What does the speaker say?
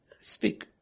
Speak